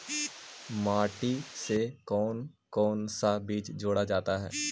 माटी से कौन कौन सा बीज जोड़ा जाता है?